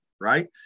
right